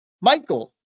Michael